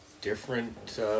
different